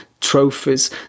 trophies